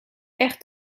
echt